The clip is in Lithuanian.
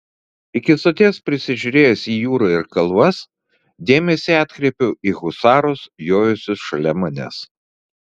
iki soties prisižiūrėjęs į jūrą ir kalvas dėmesį atkreipiau į husarus jojusius šalia manęs